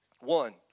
One